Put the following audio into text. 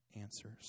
answers